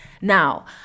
Now